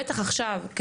בטח עכשיו,